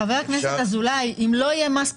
חבר הכנסת אזולאי, אם לא יהיה מס פחמן,